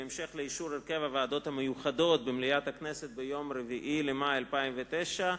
בהמשך לאישור הוועדות המיוחדות במליאת הכנסת ביום 4 במאי 2009,